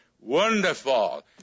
Wonderful